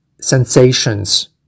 sensations